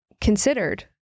considered